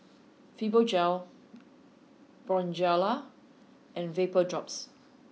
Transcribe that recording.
Fibogel Bonjela and VapoDrops